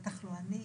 בטח לא אני,